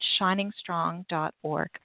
shiningstrong.org